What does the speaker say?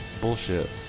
Bullshit